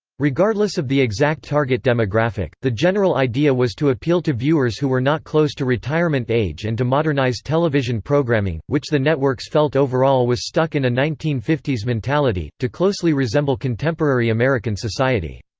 regardless of the exact target demographic, the general idea was to appeal to viewers who were not close to retirement age and to modernize television programming, which the networks felt overall was stuck in a nineteen fifty s mentality, to closely resemble contemporary american society.